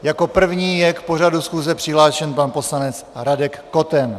Jako první je k pořadu schůze přihlášen pan poslanec Radek Koten.